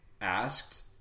asked